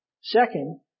Second